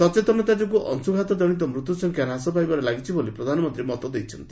ସଚେତନତା ଯୋଗୁଁ ଅଂଶୁଘାତ କନିତ ମୃତ୍ୟୁ ସଂଖ୍ୟା ହ୍ରାସ ପାଇବାରେ ଲାଗିଛି ବୋଲି ପ୍ରଧାନମନ୍ତ୍ରୀ ମତ ଦେଇଛନ୍ତି